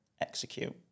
execute